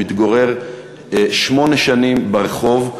הוא מתגורר שמונה שנים ברחוב,